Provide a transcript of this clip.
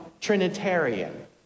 trinitarian